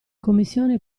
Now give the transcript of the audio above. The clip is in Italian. commissione